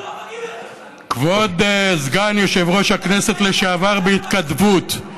כבוד סגן יושב-ראש הכנסת לשעבר בהתכתבות,